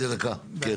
כן.